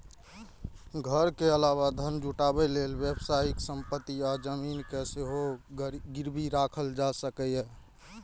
घर के अलावा धन जुटाबै लेल व्यावसायिक संपत्ति आ जमीन कें सेहो गिरबी राखल जा सकैए